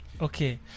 Okay